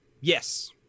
Yes